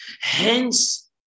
Hence